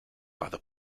either